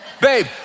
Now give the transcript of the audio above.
Babe